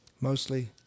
mostly